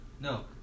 No